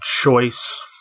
choice